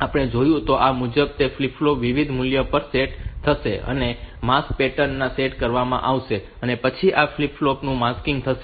આપણે જોઈશું તો આ મુજબ તે ફ્લિપ ફ્લોપ વિવિધ મૂલ્યો પર સેટ થશે અને આ માસ્ક પેટર્ન સેટ કરવામાં આવશે અને પછી આ ફ્લિપ ફ્લોપ નું માસ્કિંગ થશે